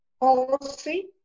policy